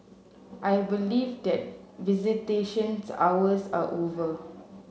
I believe that visitations hours are over